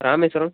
Rameswaram